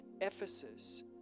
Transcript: Ephesus